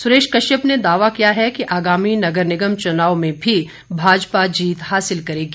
सुरेश कश्यप ने दावा किया है कि आगामी नगर निगम चुनावों में भी भाजपा जीत हासिल करेगी